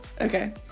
Okay